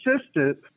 assistant